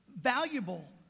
valuable